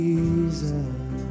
Jesus